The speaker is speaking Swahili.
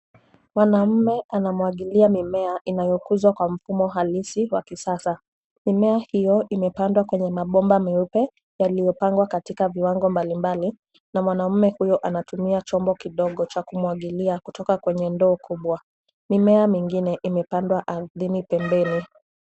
Mwanamume anamwagilia mimea inayokuzwa kwa mfumo halisi wa kisasa. Mimea hiyo imepandwa kwenye mabomba meupe yaliyopangwa katika viwango mbali mbali na mwanamume huyo anatumia chombo kidogo cha kumwagilia na kutoka kwenye ndoo kubwa, mimea mingine imepandwa ardhini pembeni.